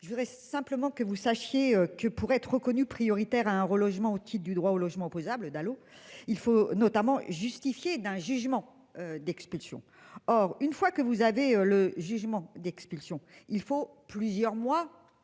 Je voudrais simplement que vous sachiez que pour être reconnus prioritaires à un relogement otite du droit au logement opposable d'. Il faut notamment justifier d'un jugement d'expulsion. Or une fois que vous avez le jugement d'expulsion il faut plusieurs mois,